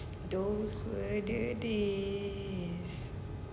those were the days